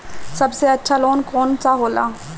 सबसे अच्छा लोन कौन सा होला?